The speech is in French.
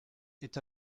est